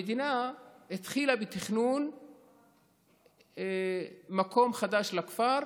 המדינה התחילה בתכנון מקום חדש לכפר,